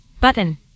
Button